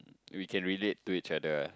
we can relate to each other ah